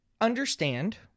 understand